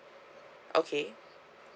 okay